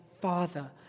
father